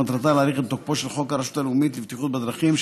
ומטרתה להאריך את תוקפו של חוק הרשות הלאומית לבטיחות בדרכים,